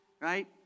right